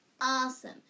awesome